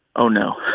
oh, no. yeah.